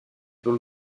dans